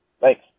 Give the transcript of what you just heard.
Thanks